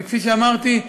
וכפי שאמרתי,